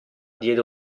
diede